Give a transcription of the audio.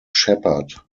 shepherd